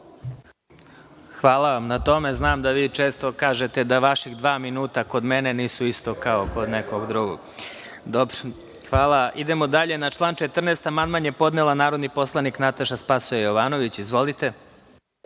Hvala vam na tome. Znam da vi često kažete da vaših dva minuta kod mene nisu isto kao kod nekog drugog. Idemo dalje. Na član 14. amandman je podnela narodni poslanik Nataša Sp. Jovanović. Izvolite.